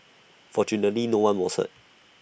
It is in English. fortunately no one was hurt